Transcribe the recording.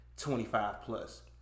25-plus